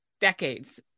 decades